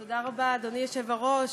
תודה רבה, אדוני היושב-ראש.